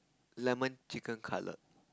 lemon chicken cutlet